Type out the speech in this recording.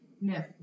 No